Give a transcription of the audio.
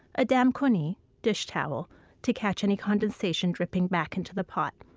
a damkoni dishtowel to catch any condensation dripping back into the pot.